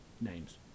names